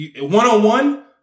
One-on-one